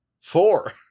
four